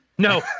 No